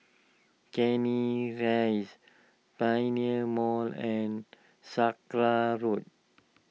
Canning Rise Pioneer Mall and Sakra Road